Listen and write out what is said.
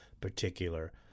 particular